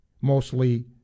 mostly